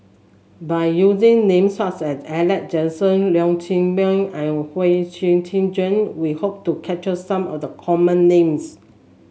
by using names such as Alex Josey Leong Chee Mun and Huang Shiqi Joan we hope to capture some of the common names